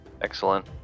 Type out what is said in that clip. Excellent